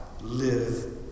live